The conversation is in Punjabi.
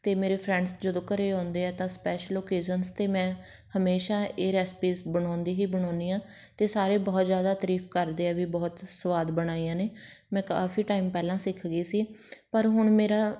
ਅਤੇ ਮੇਰੇ ਫਰੈਂਡਸ ਜਦੋਂ ਘਰ ਆਉਂਦੇ ਆ ਤਾਂ ਸਪੈਸ਼ਲ ਓਕੇਜ਼ਨਸ 'ਤੇ ਮੈਂ ਹਮੇਸ਼ਾਂ ਇਹ ਰੈਸਪੀਸ ਬਣਾਉਂਦੀ ਹੀ ਬਣਾਉਂਦੀ ਹਾਂ ਅਤੇ ਸਾਰੇ ਬਹੁਤ ਜ਼ਿਆਦਾ ਤਾਰੀਫ਼ ਕਰਦੇ ਆ ਵੀ ਬਹੁਤ ਸਵਾਦ ਬਣਾਈਆਂ ਨੇ ਮੈਂ ਕਾਫ਼ੀ ਟਾਈਮ ਪਹਿਲਾਂ ਸਿੱਖ ਗਈ ਸੀ ਪਰ ਹੁਣ ਮੇਰਾ